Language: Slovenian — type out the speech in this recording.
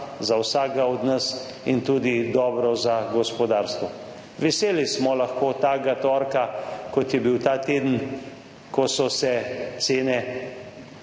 za vsakega od nas in tudi dobro za gospodarstvo. Veseli smo lahko takega torka, kot je bil ta teden, ko so se cene